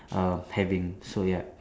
err having so ya